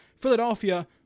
Philadelphia